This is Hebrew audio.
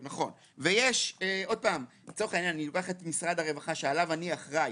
ויש לצורך העניין אני אקח את משרד הרווחה שעליו אני אחראי,